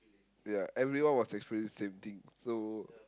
ya everyone was experience same thing so